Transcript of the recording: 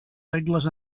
regles